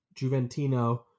juventino